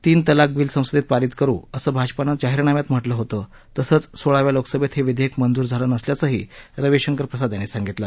तीन तलाक बिल संसदेत पारित करु असं भाजपानं जाहीरनाम्यात म्हा कें होतं तसंच सोळाव्या लोकसभेत हे विधेयक मंजूर झालं नसल्याचंही रविशंकर प्रसाद यांनी सांगितलं